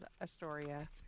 Astoria